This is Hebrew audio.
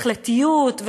החלטיות,